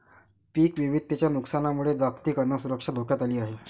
पीक विविधतेच्या नुकसानामुळे जागतिक अन्न सुरक्षा धोक्यात आली आहे